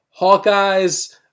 Hawkeyes